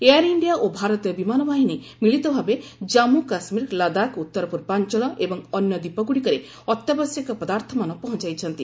air India ଓ ଭାରତୀୟ ବିମାନ ବାହିନୀ ମିଳିତ ଭାବେ ଜାମ୍ମୁ କାଶ୍ମୀର ଲଦାଖ ଉତ୍ତର ପୂର୍ବାଞ୍ଚଳ ଏବଂ ଅନ୍ୟ ଦ୍ୱିପ ଗୁଡ଼ିକରେ ଅତ୍ୟାବଶ୍ୟକ ପଦାର୍ଥମାନ ପହଞ୍ଚାଇଛନ୍ତି